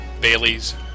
Bailey's